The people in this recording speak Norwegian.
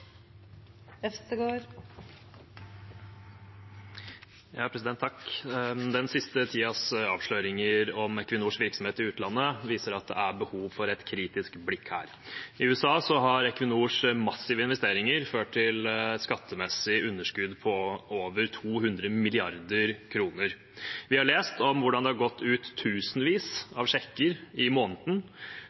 Den siste tidens avsløringer om Equinors virksomhet i utlandet viser at her er det behov for et kritisk blikk. I USA har Equinors massive investeringer ført til et skattemessig underskudd på over 200 mrd. kr. Vi har lest om hvordan det har gått ut tusenvis av sjekker i måneden,